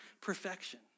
perfection